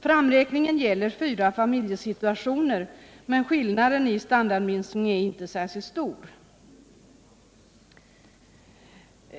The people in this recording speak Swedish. Framräkningen gäller fyra familjesituationer, men skillnaden i standardminskning är inte särskilt stor.